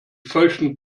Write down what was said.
feuchten